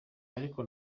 ariko